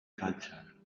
culture